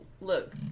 look